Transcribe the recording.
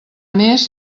més